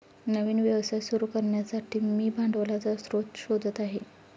नवीन व्यवसाय सुरू करण्यासाठी मी भांडवलाचा स्रोत शोधत आहे